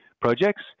projects